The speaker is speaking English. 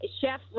Chef